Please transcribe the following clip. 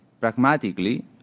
pragmatically